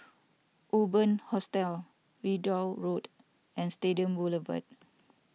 Urban Hostel Ridout Road and Stadium Boulevard